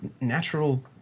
natural